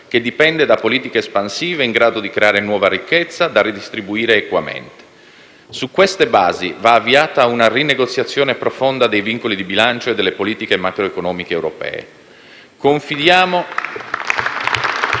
che dipende da politiche espansive in grado di creare nuova ricchezza da redistribuire equamente. Su queste basi va avviata una rinegoziazione profonda dei vincoli di bilancio e delle politiche macroeconomiche europee. *(Applausi